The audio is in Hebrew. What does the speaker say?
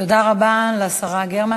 תודה רבה לשרה גרמן.